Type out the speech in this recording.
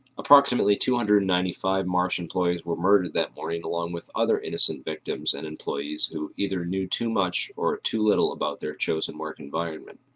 approximately two hundred and ninety five marsh employees were murdered that morning along with the other innocent victims and employees who either knew too much, or too little about their chosen work environment.